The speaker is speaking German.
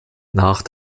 nach